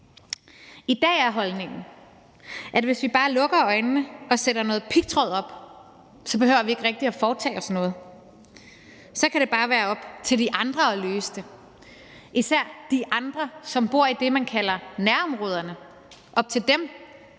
I dag er holdningen den, at hvis vi bare lukker øjnene og sætter noget pigtråd op, behøver vi ikke rigtig at foretage os noget. Så kan det bare være op til de andre, især de andre, som bor i det, man kalder nærområderne, at løse det.